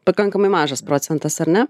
pakankamai mažas procentas ar ne